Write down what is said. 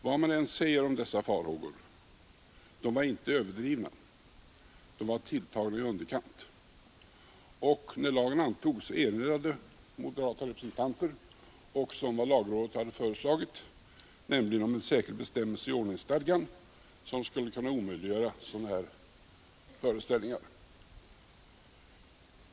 Vad man än må säga om dessa farhågor — de var inte överdrivna, de var tilltagna i underkant. När lagen antogs erinrade moderata representanter också om vad lagrådet hade föreslagit, nämligen en särskild bestämmelse i ordningsstadgan som skulle omöjliggöra sådana här föreställningar.